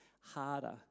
harder